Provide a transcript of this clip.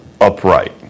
upright